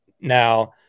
Now